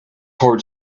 heart